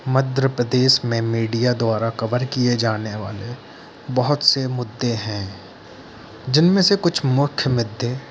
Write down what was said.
मध्य प्रदेश में मीडिया द्वारा कवर किए जाने वाले बहुत से मुद्दे हैं जिनमें से कुछ मुख्य मुद्दे